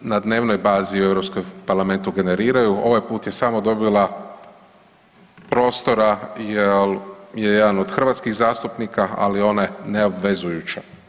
na dnevnoj bazi u Europskom parlamentu generiraju, ovaj put je samo dobila prostora jel je jedan od hrvatskih zastupnika, ali one neobvezujuće.